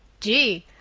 gee!